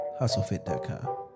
hustlefit.com